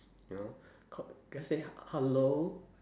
you know ca~ just say hello